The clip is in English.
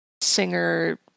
singer